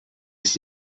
ist